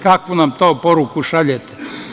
Kakvu nam to poruku šaljete.